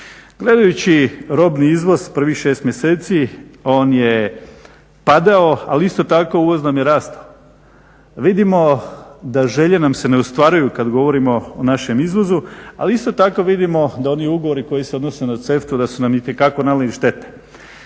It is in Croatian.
Gledajući robni izvoz prvih šest mjeseci on je padao ali isto tako uvoz nam je rast, vidimo da želje nam se ne ostvaruju kad govorimo o našem izvozu ali isto tako vidimo da oni ugovori koji se odnose na CEFTA-u da su nam itekako nanijeli štete.